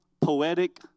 poetic